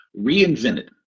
reinvented